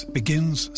begins